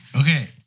Okay